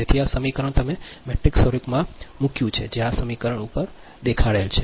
તેથી આ સમીકરણ તમે મેટ્રિક્સ સ્વરૂપમાં મૂક્યું છે જે Zs Zm Zm Zm Zs Zm Zm Zm Zs છે આ સમીકરણ કહે છે